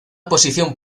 posición